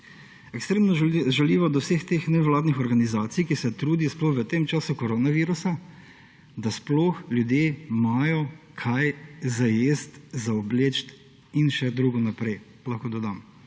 Ekstremno žaljiva do vseh teh nevladnih organizacij, ki se trudijo sploh v tem času koronavirusa, da sploh ljudje imajo kaj jesti, obleči in še drugo naprej